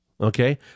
Okay